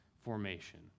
formation